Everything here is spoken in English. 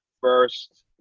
first